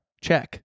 check